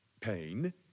pain